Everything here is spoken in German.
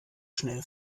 schnell